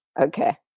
Okay